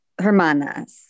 hermanas